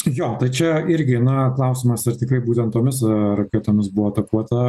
jo čia irgi na klausimas ar tikrai būtent tomis raketomis buvo atakuota